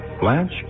Blanche